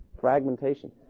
fragmentation